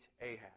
Ahab